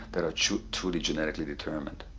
that are truly genetically determined.